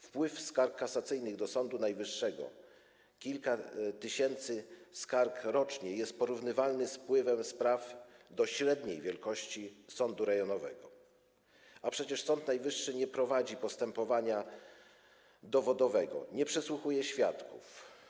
Wpływ skarg kasacyjnych do Sądu Najwyższego, kilka tysięcy skarg rocznie, jest porównywalny z wpływem spraw do średniej wielkości sądu rejonowego, a przecież Sąd Najwyższy nie prowadzi postępowania dowodowego, nie przesłuchuje świadków.